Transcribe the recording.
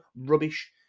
rubbish